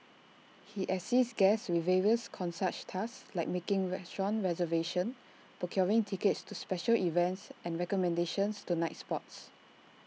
he assists guests with various concierge tasks like making restaurant reservations procuring tickets to special events and recommendations to nightspots